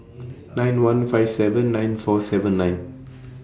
nine one five seven nine four seven nine